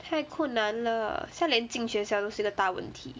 太困难了现在连进学校都是个大问题